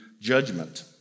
judgment